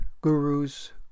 Gurus